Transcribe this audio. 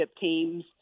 teams